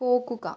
പോകുക